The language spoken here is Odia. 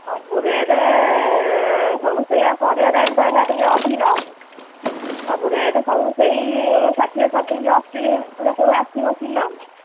ସବୁ ରେଟ୍ ସବୁ ସେଇଆ ପରିବା ରେଟ୍ ତ ଏଇନା ଟିକିଏ ଅଧିକ ସବୁ ରେଟ୍ ସବୁ ସେଇ ଷାଠିଏ ସତୁରୀ ଅଶୀ ସବୁ ଆସିବ କିଲୋ